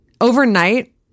overnight